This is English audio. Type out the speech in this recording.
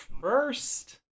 first